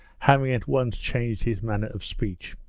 having at once changed his manner of speech.